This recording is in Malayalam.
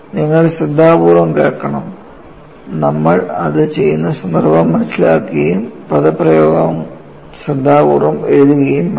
നിങ്ങൾ ശ്രദ്ധാപൂർവ്വം കേൾക്കണം നമ്മൾ അത് ചെയ്യുന്ന സന്ദർഭം മനസിലാക്കുകയും പദപ്രയോഗം ശ്രദ്ധാപൂർവ്വം എഴുതുകയും വേണം